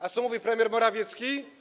A co mówi premier Morawiecki?